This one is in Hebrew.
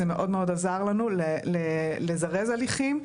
זה מאוד עזר לנו לזרז הליכים.